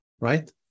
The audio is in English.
right